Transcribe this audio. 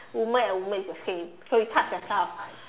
woman and woman is the same so you touch yourself